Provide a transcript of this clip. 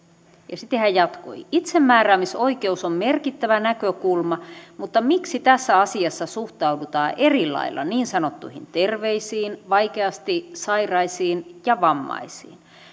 sitten hän jatkoi itsemääräämisoikeus on merkittävä näkökulma mutta miksi tässä asiassa suhtaudutaan erilailla niin sanottuihin terveisiin vaikeasti sairaisiin ja vammaisiin